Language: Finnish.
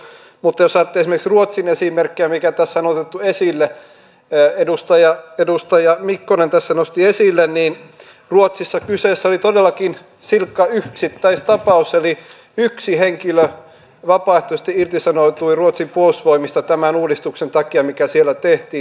mutta jos ajattelee esimerkiksi ruotsin esimerkkiä mikä tässä on otettu esille edustaja mikkonen tässä nosti esille niin ruotsissa kyseessä oli todellakin silkka yksittäistapaus eli yksi henkilö vapaaehtoisesti irtisanoutui ruotsin puolustusvoimista tämän uudistuksen takia mikä siellä tehtiin